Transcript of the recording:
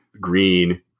green